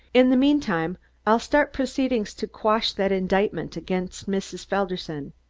in the meantime i'll start proceedings to quash that indictment against mrs. felderson.